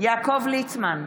יעקב ליצמן,